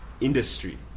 industry